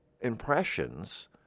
impressions